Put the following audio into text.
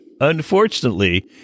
Unfortunately